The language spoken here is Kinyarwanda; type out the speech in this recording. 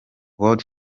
word